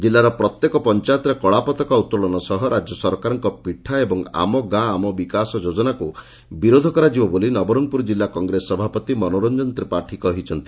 କିଲ୍ଲାର ପ୍ରତ୍ୟେକ ପଞାୟତରେ କଳାପତାକା ଉତ୍ତୋଳନ ସହ ରାଜ୍ୟ ସରକାରଙ୍କ ପିଠା ଓ ଆମ ଗାଁ ଆମ ବିକାଶ ଯୋଜନାକୁ ବିରୋଧ କରାଯିବ ବୋଲି ନବରଙ୍ଙପୁର ଜିଲ୍ଲା କଂଗ୍ରେସ ସଭାପତି ମନୋରଞ୍ଞନ ତ୍ରିପାଠୀ କହିଛନ୍ତି